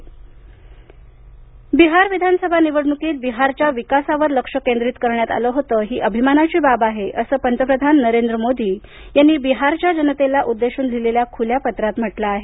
पंतप्रधान बिहार बिहार विधानसभा निवडणुकीत बिहारच्या विकासावर लक्ष केंद्रित करण्यात आलं होतं ही अभिमानाची बाब आहे असं पंतप्रधान नरेंद्र मोदी यांनी बिहारच्या जनतेला उद्देशून लिहिलेल्या खुल्या पत्रात म्हटलं आहे